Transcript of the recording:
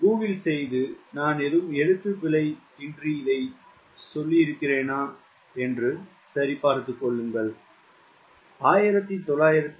Google செய்து எழுத்துப்பிழை மற்றும் எல்லாவற்றிலும் நான் எந்த தவறும் செய்யவில்லை என்பதை தயவு செய்து சரிபார்க்கவும்